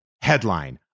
headline